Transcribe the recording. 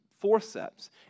forceps